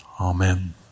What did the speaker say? Amen